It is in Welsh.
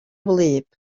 wlyb